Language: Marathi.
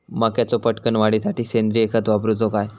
मक्याचो पटकन वाढीसाठी सेंद्रिय खत वापरूचो काय?